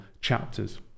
chapters